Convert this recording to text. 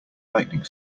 lightning